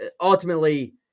ultimately